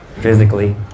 Physically